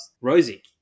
Rosie